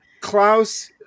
Klaus